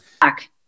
back